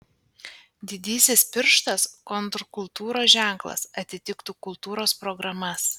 didysis pirštas kontrkultūros ženklas atitiktų kultūros programas